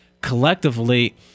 Collectively